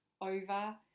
over